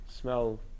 smell